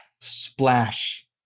splash